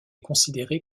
considérée